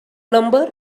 number